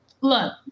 Look